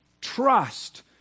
trust